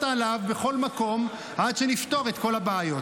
עליו בכל מקום עד שנפתור את כל הבעיות.